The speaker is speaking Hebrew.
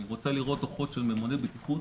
אני רוצה לראות דוחות של ממונה בטיחות,